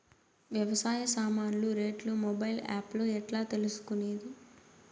వ్యవసాయ సామాన్లు రేట్లు మొబైల్ ఆప్ లో ఎట్లా తెలుసుకునేది?